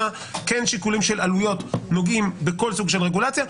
שיקולים של עלויות נוגעים בכל סוג של רגולציה,